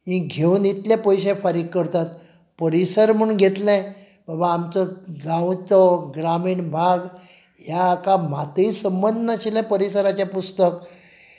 हीं घेवन इतले पयशे फारीक करतात परिसर म्हूण घेतले बाबा आमचो गांवचो ग्रामीण भाग ह्या हाका मातूय संबंध नाशिल्लें परिसराचें पुस्तक